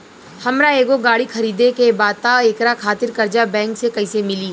हमरा एगो गाड़ी खरीदे के बा त एकरा खातिर कर्जा बैंक से कईसे मिली?